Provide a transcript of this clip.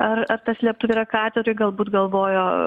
ar ar ta slėptuvė yra katedroj galbūt galvojo